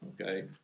okay